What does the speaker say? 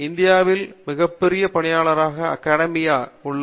இந்தியாவில் மிகப்பெரிய பணியாளராக அகாடமியா உள்ளது